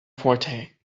forte